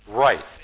Right